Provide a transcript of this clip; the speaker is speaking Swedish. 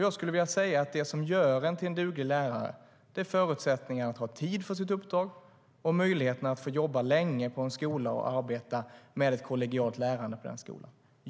Jag skulle vilja säga att det som gör en till en duglig lärare är förutsättningar att ha tid för sitt uppdrag och möjligheten att få jobba länge på en skola och arbeta med ett kollegialt lärande på den skolan.